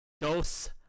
Dos